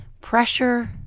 Pressure